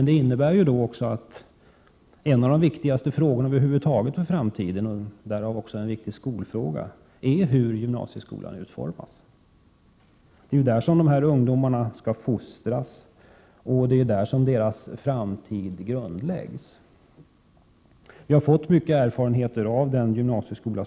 Det innebär också att en av de viktigaste frågorna över huvud taget med tanke på framtiden — och därför också en viktig skolfråga — är utformningen av gymnasieskolan. Det är ju där som ungdomarna skall fostras och det är där som deras framtid grundläggs. Vi har fått mycken erfarenhet av den nuvarande gymnasieskolan.